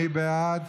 מי בעד?